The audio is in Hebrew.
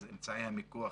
אמצעי המיקוח